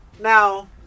Now